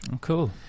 Cool